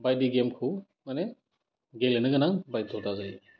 बायदि गेमखौ मानि गेलेनो गोनां बायद'था जायो